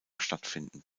stattfinden